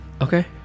Okay